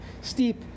steep